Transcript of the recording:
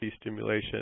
stimulation